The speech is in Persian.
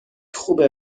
خوبه